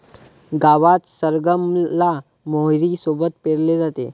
गावात सरगम ला मोहरी सोबत पेरले जाते